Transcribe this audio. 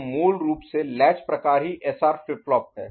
तो मूल रूप से लैच प्रकार ही एसआर फ्लिप फ्लॉप है